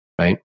right